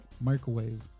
microwave